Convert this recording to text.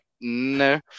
no